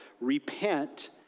repent